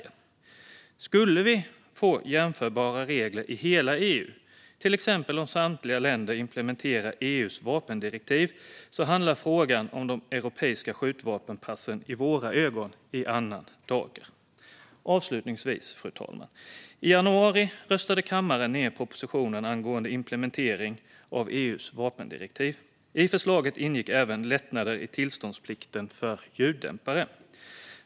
Om vi skulle få jämförbara regler i hela EU, till exempel om samtliga länder implementerade EU:s vapendirektiv, skulle frågan om de europeiska skjutvapenpassen i våra ögon hamna i annan dager. Avslutningsvis, fru talman: I januari röstade kammaren ned propositionen angående implementering av EU:s vapendirektiv. I förslaget ingick även lättnader i tillståndsplikten för ljuddämpare.